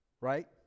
Right